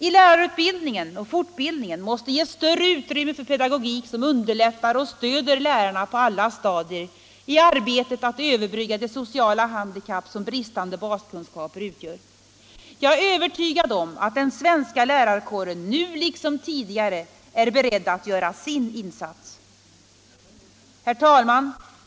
I lärarutbildning och fortbildning måste ges större utrymme för pedagogik som underlättar och stöder lärarna på alla stadier i arbetet att överbrygga de sociala handikapp som bristande baskunskaper utgör. Jag är övertygad om att den svenska lärarkåren nu liksom tidigare är beredd att göra sin insats. Herr talman!